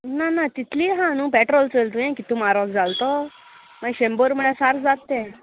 ना ना तितली हा न्हू पेट्रोल चोयलां तुवें कितू मारोग जाल तो मागीर शंबर म्हळ्यार सारक जात तें